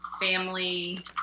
family